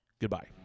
goodbye